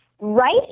right